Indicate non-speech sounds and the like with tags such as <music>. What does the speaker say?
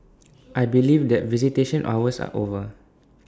<noise> I believe that visitation hours are over